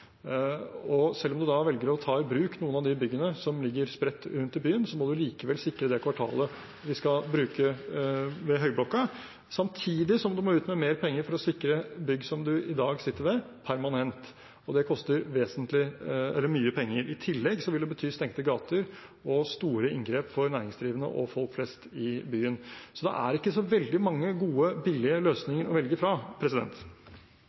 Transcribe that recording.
Selv om man da velger å ta i bruk noen av de byggene som ligger spredt rundt i byen, må man likevel sikre det kvartalet vi skal bruke ved Høyblokka, samtidig som man må ut med mer penger for å sikre bygg man i dag sitter med, permanent. Det koster mye penger. I tillegg vil det bety stengte gater og store inngrep for næringsdrivende og folk flest i byen. Så det er ikke så veldig mange gode, billige